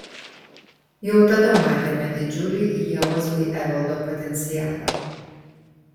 jau tada matėme didžiulį ievos bei evaldo potencialą